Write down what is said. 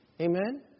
Amen